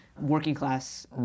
working-class